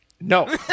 No